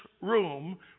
room